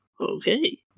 Okay